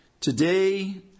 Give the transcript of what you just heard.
Today